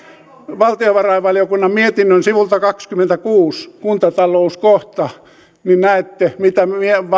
valtiovarainvaliokunnan mietinnön sivulta kaksikymmentäkuusi kuntatalous kohta niin näette mitä